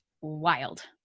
wild